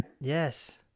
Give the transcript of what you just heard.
Yes